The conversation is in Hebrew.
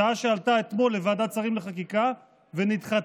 הצעה שעלתה אתמול לוועדת השרים לחקיקה ונדחתה.